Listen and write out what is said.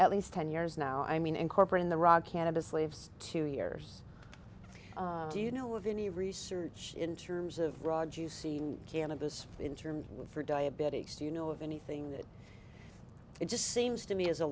at least ten years now i mean incorporating the raw cannabis leaves two years do you know of any research in terms of broad juicy cannabis in terms for diabetics do you know of anything that it just seems to me as a